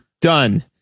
done